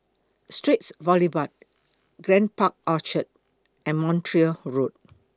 Straits Boulevard Grand Park Orchard and Montreal Road